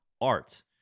art